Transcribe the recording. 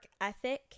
ethic